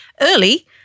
early